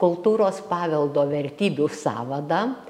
kultūros paveldo vertybių sąvadą